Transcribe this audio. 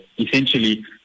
essentially